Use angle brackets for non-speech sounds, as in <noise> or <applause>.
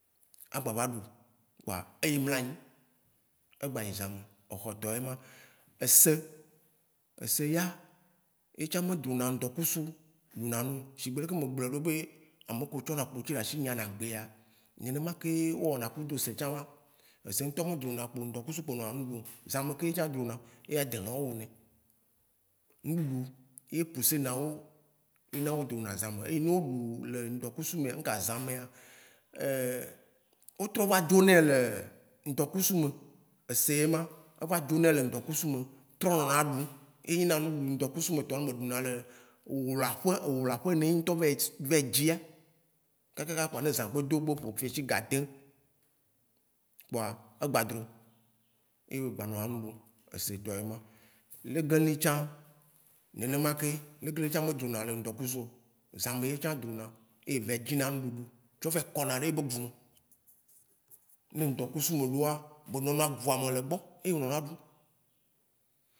a gbava ɖu, kpoa eyi mla nyi. Egba ti zãme. exɔ tɔ yema. Ese, ese ya, etsã me drona ŋdɔkusu ɖuna nuo. Shigbe ɖeke me glɔ̃ɖo be, amekewo tsɔna kpotsi ɖe asi nyana gbea, nene ma ke ye o wɔna kudo ese tsã ewã. Ese ŋtɔ me drona kpo ŋdɔkusu kpo nɔna nu ɖuo. Zãme ke etsã drona ye adelawo wunɛ. nuɖuɖu ye ƒusena wo ena wo drona zãme. Eyi ne wo ɖu le ŋdɔkusu mea nuka zã mea, <hesitation> wo trɔva dzone le ŋdɔkusu me. Ese ema eva dzone le ŋdɔkusu me trɔ nɔna ɖu. Eya nyina ŋdɔkusu me ŋɖuɖu be ɖuna le wlaƒe, wlaƒe yi ne ye ŋtɔ va yi, va yi dzi kakakaka ne zã do gbe ƒo fiɛsi ga dĩ kpoa egba dro ye be gba nɔna nu ɖu. Ese tɔ ye ma. Legĩli tsã, nenema ye. Legĩli tsã me drona le ŋdɔkusuo, zãme ye etsã drona ye e va yi dzina ŋɖuɖu tsɔ vayi kɔna ɖe ye be gume. Ne ŋdɔkusume ɖoa, be nɔna guame le gbɔ ye e nɔna ɖu.